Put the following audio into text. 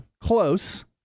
Close